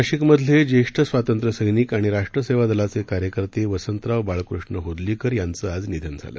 नाशिकमधले ज्येष्ठ स्वातंत्र्य सैनिक आणि राष्ट्र सेवा दलाचे कार्यकर्ते वसंतराव बाळकृष्ण हुदलीकर यांचं आज निधन झाले